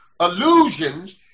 illusions